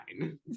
fine